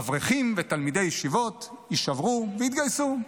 אברכים ותלמידי ישיבות יישברו ויתגייסו.